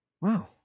Wow